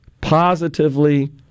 positively